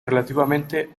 relativamente